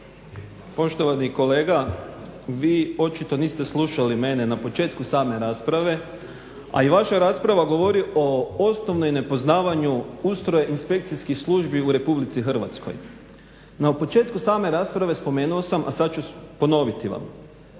Poštovani kolega, vi očito niste slušali mene na početku same rasprave, a i vaša rasprava govori o osnovnom nepoznavanju ustroja inspekcijskih službi u RH. Na početku same rasprave spomenuo sam, a sada ću ponoviti vam,